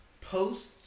post